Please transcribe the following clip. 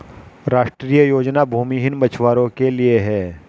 राष्ट्रीय योजना भूमिहीन मछुवारो के लिए है